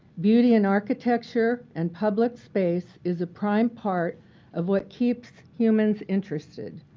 beauty and architecture and public space is a prime part of what keeps humans interested.